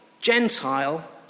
Gentile